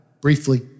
briefly